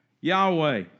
Yahweh